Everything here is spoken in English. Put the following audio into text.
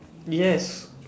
yes